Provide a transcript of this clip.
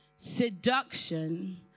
seduction